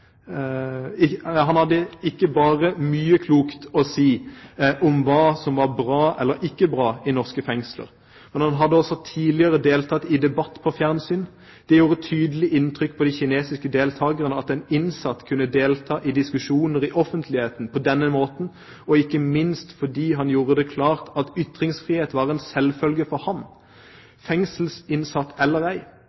om hva som var bra eller ikke bra i norske fengsler, men har også tidligere deltatt i debatt på fjernsyn. Det gjorde tydelig inntrykk på de kinesiske deltakerne at en innsatt kunne delta i diskusjoner i offentligheten på den måten – ikke minst fordi han gjorde det klart at ytringsfrihet var en selvfølge for ham,